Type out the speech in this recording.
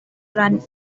run